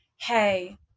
hey